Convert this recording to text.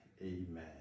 amen